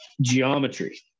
geometry